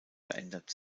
verändert